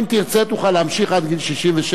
אם תרצה תוכל להמשיך עד גיל 67,